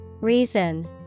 Reason